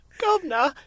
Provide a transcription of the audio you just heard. Governor